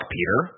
Peter